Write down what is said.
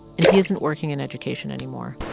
and he isn't working in education anymore.